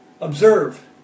Observe